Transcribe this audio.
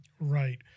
right